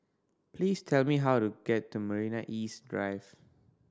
please tell me how to get to Marina East Drive